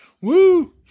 Woo